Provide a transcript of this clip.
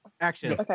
Action